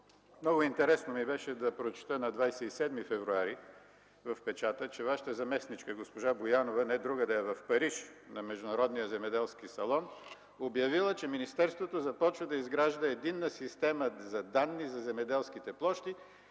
Много интересно ми беше да прочета в печата на 27 февруари, че Вашата заместничка госпожа Боянова не другаде, а в Париж на Международния земеделски салон обявила, че министерството започва да изгражда Единна система за данни за земеделските площи,